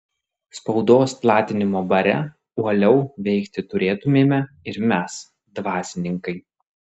spaudos platinimo bare uoliau veikti turėtumėme ir mes dvasininkai